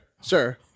sir